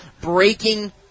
Breaking